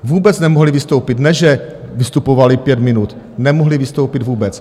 Vůbec nemohli vystoupit, ne že vystupovali pět minut, nemohli vystoupit vůbec.